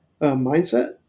mindset